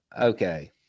okay